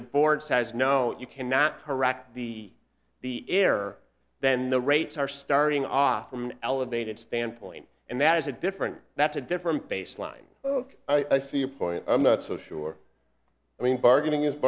the board has no you cannot correct the the ear then the rates are starting off from elevated standpoint and that is a different that's a different baseline ok i see your point i'm not so sure i mean bargaining